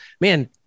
man